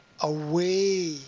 away